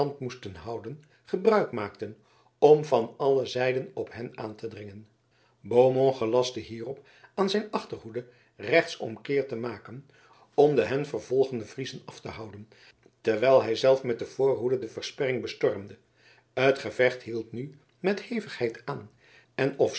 moesten houden gebruik maakten om van alle zijden op hen aan te dringen beaumont gelastte hierop aan zijn achterhoede rechtsomkeert te maken om de hen vervolgende friezen af te houden terwijl hij zelf met de voorhoede de versperring bestormde het gevecht hield nu met hevigheid aan en